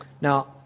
Now